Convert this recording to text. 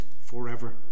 forever